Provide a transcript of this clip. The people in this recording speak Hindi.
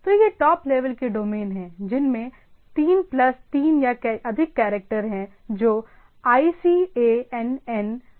तो ये टॉप लेवल के डोमेन हैं जिनमें तीन प्लस तीन या अधिक कैरेक्टर हैं जो आईसीएएनएन द्वारा डिफाइंड हैं